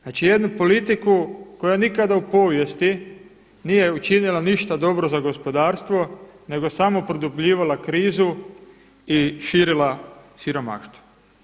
Znači jednu politiku koja nikada u povijesti nije učinila ništa dobro za gospodarstvo nego je samo produbljivala krizu i širila siromaštvo.